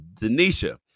Denisha